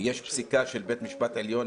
יש פסיקה של בית משפט עליון,